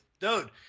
Dude